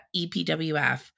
EPWF